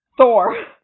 Thor